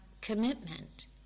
commitment